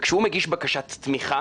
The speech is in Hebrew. וכשהוא מגיש בקשת תמיכה,